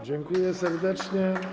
Dziękuję serdecznie.